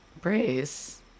Brace